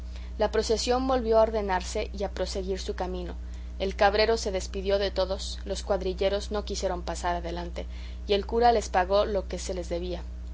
la procesión volvió a ordenarse y a proseguir su camino el cabrero se despidió de todos los cuadrilleros no quisieron pasar adelante y el cura les pagó lo que se les debía